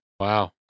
Wow